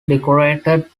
decorated